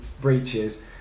breaches